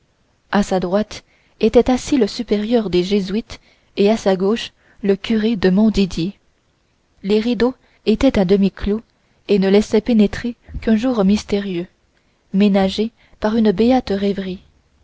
à sa droite était assis le supérieur des jésuites et à sa gauche le curé de montdidier les rideaux étaient à demi clos et ne laissaient pénétrer qu'un jour mystérieux ménagé pour une béate rêverie